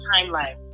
timeline